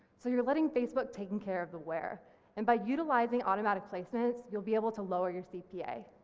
so you're letting facebook take and care of the where and by utilising automatic placements, you'll be able to lower your cpa.